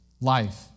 life